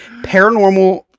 Paranormal